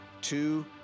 two